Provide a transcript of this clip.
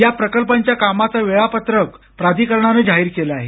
या प्रकल्पांच्या कामाचं वेळापत्रकही प्राधिकरणानं जाहीर केलं आहे